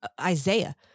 Isaiah